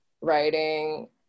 writing